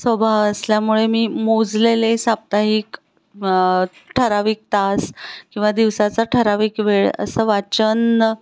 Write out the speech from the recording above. स्वभाव असल्यामुळे मी मोजलेले साप्ताहिक ठराविक तास किंवा दिवसाचा ठराविक वेळ असं वाचन